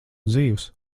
dzīvs